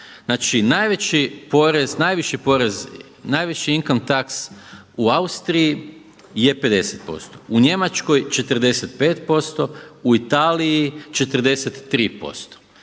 Znači najveći porez, najviši porez, najviši … u Austriji je 50%, u Njemačkoj 45%, u Italiji 43%.